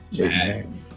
Amen